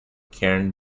karen